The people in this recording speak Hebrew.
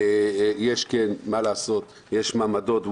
כן, מה לעשות, יש מעמדות.